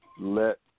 Let